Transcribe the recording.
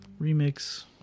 Remix